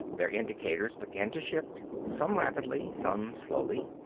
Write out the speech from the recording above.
their indicators began to shift, some rapidly, some slowly.